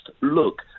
look